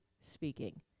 speaking